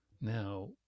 Now